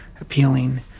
appealing